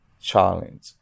challenge